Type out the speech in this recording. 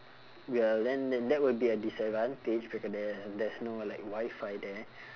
well then then that will be a disadvantage because there's there's no like wi-fi there